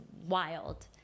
wild